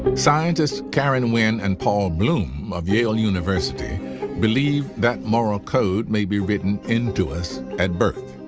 but scientists karen wynn and paul bloom of yale university believe that moral code may be written into us at birth.